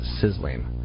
sizzling